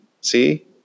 See